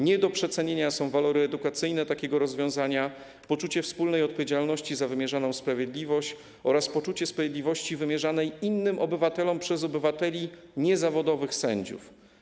Nie do przecenienia są walory edukacyjne takiego rozwiązania, poczucie wspólnej odpowiedzialności za wymierzoną sprawiedliwość oraz poczucie sprawiedliwości wymierzanej innym obywatelom przez obywateli - niezawodowych sędziów.